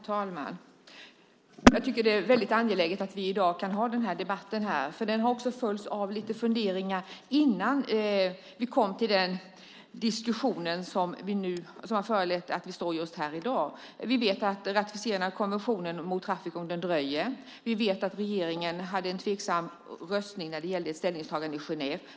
Herr talman! Jag tycker att det är väldigt angeläget att vi i dag kan ha den här debatten här, för den har också följts av lite funderingar innan vi kom till den diskussion som har föranlett att vi står just här i dag. Vi vet att ratificerandet av konventionen mot trafficking dröjer. Vi vet att regeringen hade en tveksam röstning när det gällde ett ställningstagande i Genève.